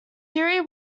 theory